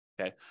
okay